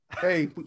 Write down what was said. Hey